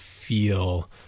feel